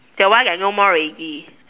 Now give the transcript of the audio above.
that one like no more already